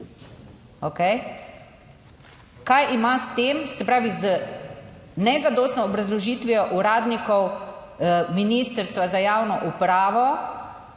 okej? aj ima s tem, se pravi z nezadostno obrazložitvijo uradnikov Ministrstva za javno upravo,